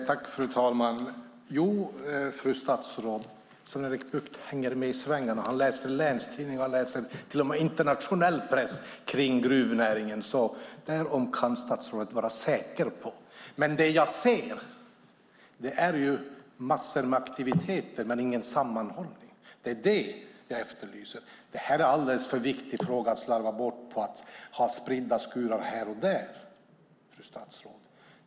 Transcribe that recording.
Fru talman! Jo, fru statsråd, Sven-Erik Bucht hänger med i svängarna. Han läser länstidningarna och till och med internationell press om gruvnäringen. Därom kan statsrådet vara säker. Det jag ser är massor av aktiviteter men ingen sammanhållning. Det är det jag efterlyser. Det här är en alldeles för viktig fråga att slarva bort på spridda skurar här och där, fru statsråd.